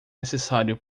necessário